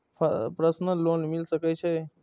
Personal loan मिल सके छे?